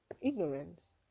ignorance